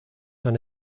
han